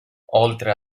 oltre